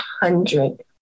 hundred